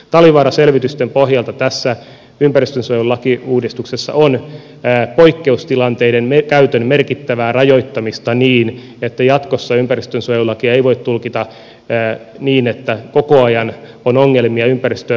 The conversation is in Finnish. talvivaara selvitysten pohjalta tässä ympäristönsuojelulakiuudistuksessa on poikkeustilanteiden käytön merkittävää rajoittamista niin että jatkossa ympäristönsuojelulakia ei voi tulkita niin että koko ajan on ongelmia ympäristölainsäädännön velvoitteiden kanssa